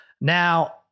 Now